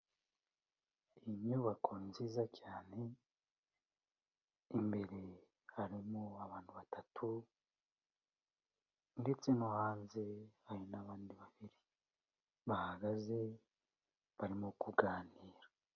Iyi nyubako ni nziza cyane, imbere harimo abantu batatu ndetse no hanze hari n'abandi babiri bahagaze barimo kuganira.